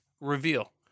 reveal